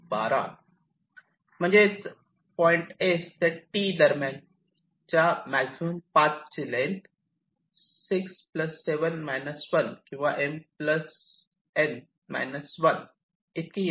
म्हणजेच point S ते point T दरम्यानच्या मॅक्झिमम पाथ ची लेन्थ 6 7 1 किंवा M N 1 इतकी येते